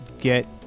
get